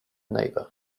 neighbour